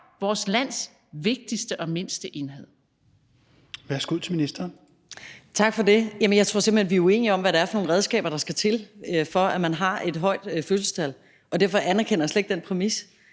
og undervisningsministeren (Pernille Rosenkrantz-Theil): Tak for det. Jeg tror simpelt hen, vi er uenige om, hvad det er for nogle redskaber, der skal til, for at man har et højt fødselstal, og derfor anerkender jeg slet ikke den præmis.